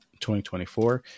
2024